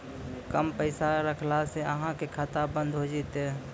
कम पैसा रखला से अहाँ के खाता बंद हो जैतै?